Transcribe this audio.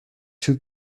two